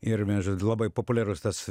ir vien žo labai populiarus tas